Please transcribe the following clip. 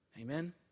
Amen